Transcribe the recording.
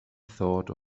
thought